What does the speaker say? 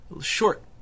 short